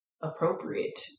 appropriate